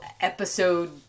episode